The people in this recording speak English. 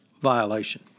violation